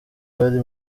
bari